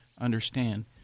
understand